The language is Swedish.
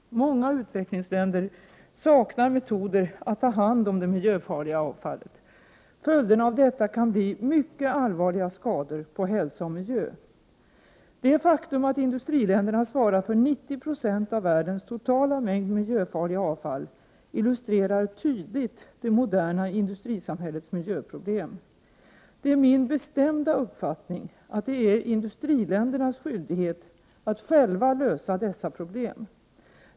Många utvecklingsländer saknar metoder att ta hand om det miljöfarliga avfallet. Följderna av detta kan bli mycket allvarliga skador på hälsa och miljö. Det faktum att industriländerna svarar för 90 26 av världens totala mängd miljöfarliga avfall illustrerar tydligt det moderna industrisamhällets miljöproblem. Det är min bestämda uppfattning att det är industriländernas skyldighet att själva lösa dessa problem.